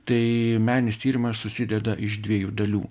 tai meninis tyrimas susideda iš dviejų dalių